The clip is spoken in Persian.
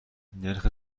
نرخ